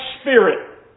spirit